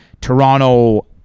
toronto